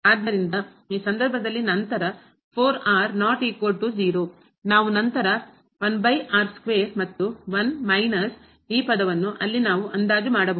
ಆದ್ದರಿಂದ ಈ ಸಂದರ್ಭದಲ್ಲಿ ನಂತರ ನಾವು ನಂತರ ಮತ್ತು 1 ಮೈನಸ್ ಈ ಪದವನ್ನು ಅಲ್ಲಿ ನಾವು ಅಂದಾಜು ಮಾಡಬಹುದು